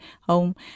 home